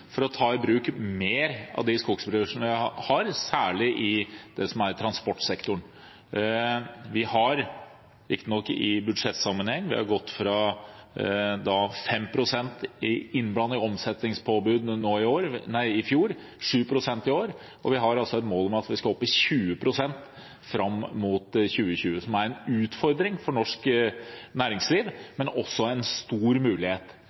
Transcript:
for å ta i bruk mer av de skogressursene vi har, særlig i transportsektoren. Vi har riktignok i budsjettsammenheng gått fra et omsetningspåbud på 5 pst. i fjor til 7 pst. i år, og vi har et mål om at vi skal opp i 20 pst. fram mot 2020, noe som er en utfordring for norsk næringsliv, men også en stor mulighet.